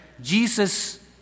Jesus